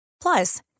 Plus